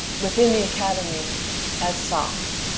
within the academy as soft,